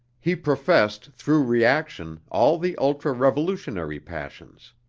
he professed, through reaction, all the ultra-revolutionary passions.